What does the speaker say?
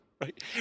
Right